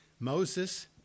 Moses